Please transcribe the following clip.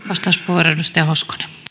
arvoisa